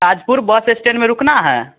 Tajpur bus stand में रुकना है